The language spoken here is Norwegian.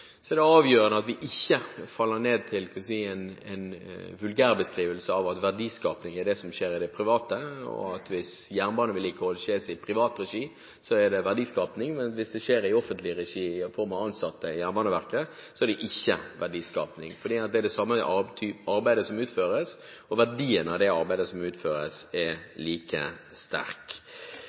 ikke henfaller til en vulgærbeskrivelse av at verdiskaping er noe som skjer i privat sektor, og at hvis jernbanevedlikehold blir utført av private, er det verdiskaping, men hvis det utføres av det offentlige, med ansatte i Jernbaneverket, er det ikke verdiskaping. Det er det samme arbeidet som utføres, og verdien av det arbeidet som utføres, er like